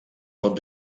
van